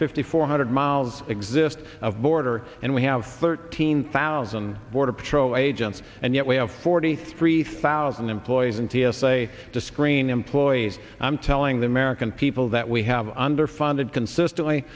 fifty four hundred miles exist of border and we have thirteen thousand border patrol agents and yet we have forty three thousand employees in t s a to screen employees i'm telling the american people that we have underfunded consistently